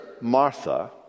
Martha